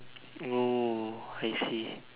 hmm I see